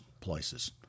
places